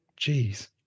Jeez